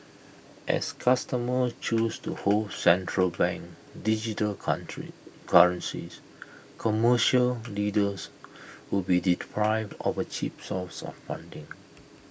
as customer choose to hold central bank digital currencies commercial lenders would be deprived of A cheap source of funding